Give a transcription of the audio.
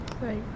Right